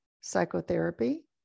psychotherapy